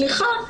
סליחה,